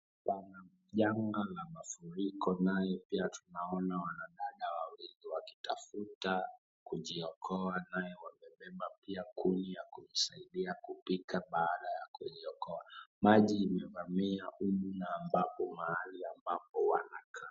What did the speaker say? Pana janga la mafuriko naye pia tunaona wanadada wawili wakitafuta kujiokoa naye wamebeba pia kuni ya kujisaidia kupita baada ya kujiokoa. Maji imevamia humu mahali ambapo wanakaa.